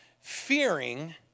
fearing